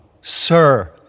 Sir